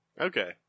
Okay